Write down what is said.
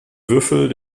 würfel